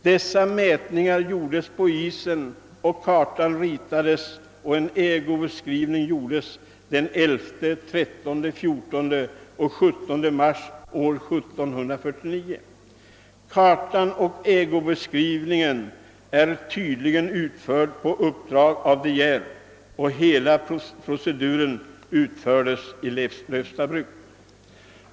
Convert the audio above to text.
Dessa mätningar gjordes på isen, kartan ritades och en ägobeskrivning gjordes den 11, 13, 14 och 17 Marthii Åhr 1749. Kartan och ägobeskrivningen är tydligen utförda på uppdrag av De Geer och hela proceduren utfördes på Leufsta bruk.